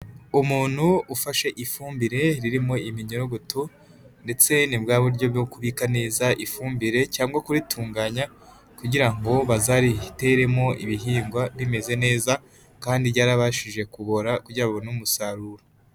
Umuntu ufashe ifumbire ririmo iminyorogoto, ndetse ni bwa buryo bwo kubika neza ifumbire cyangwa kuritunganya, kugira ngo bazariteremo ibihingwa rimeze neza kandi ryarabashije kubora, kugira ngo babone umusaruro.